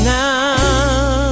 now